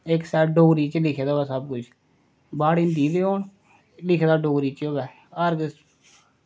इक्क साईड डोगरी च लिखे दा होऐ सबकुछ बाद हिंदी लिखो लिखे दा डोगरी च होऐ हर